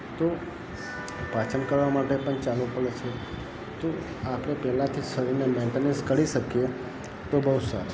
તો પાચન કરવા માટે પણ ચાલવું પડે છે તો આપણે પહેલાંથી જ શરીરને મેન્ટેનન્સ કરી શકીએ તો બહુ સારું